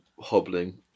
hobbling